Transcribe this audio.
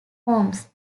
homes